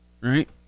Right